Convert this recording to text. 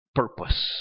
purpose